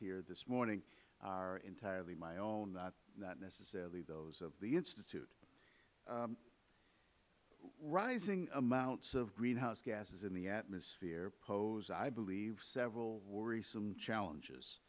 here this morning are entirely my own not necessarily those of the institute rising amounts of greenhouse gases in the atmosphere pose i believe several worrisome challenges